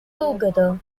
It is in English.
together